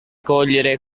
cogliere